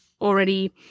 already